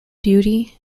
beauty